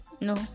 no